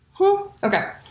Okay